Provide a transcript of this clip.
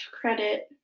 credit